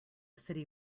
city